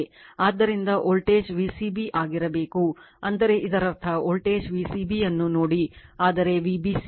ಆದ್ದರಿಂದ voltage V c b ಆಗಿರಬೇಕು ಅಂದರೆ ಇದರರ್ಥ ವೋಲ್ಟೇಜ್ V c b ಅನ್ನು ನೋಡಿ ಆದರೆ Vbc ಅಲ್ಲ